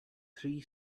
three